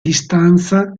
distanza